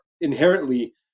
inherently